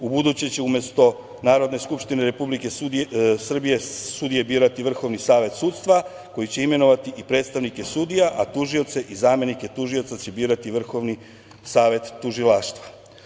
Ubuduće će umesto Narodne skupštine Republike Srbije sudije birati Vrhovni savet sudstva koji će imenovati i predstavnike sudija, a tužioce i zamenike tužioca će birati Vrhovni savet tužilaštva.